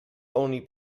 only